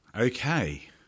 Okay